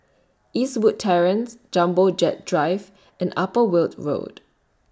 Eastwood Terrace Jumbo Jet Drive and Upper Weld Road